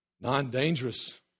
non-dangerous